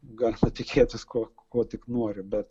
galima tikėtis ko ko tik nori bet